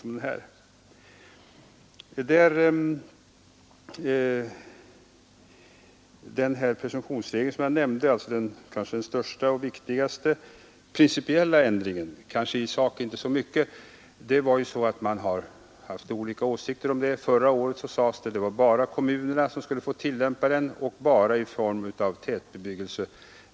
Den presumtionsregel som jag nämnde är kanske i sak inte så omfattande, men den innebär den kanske största och viktigaste principiella ändringen i lagen. Det fanns olika åsikter på denna punkt; förra året sades det att bara kommunerna skulle få tillämpa denna regel och endast vid expropriation för tätbebyggelse.